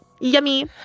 Yummy